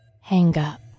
Hang-up